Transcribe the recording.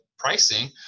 pricing